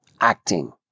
acting